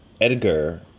Edgar